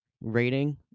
rating